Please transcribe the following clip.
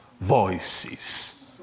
voices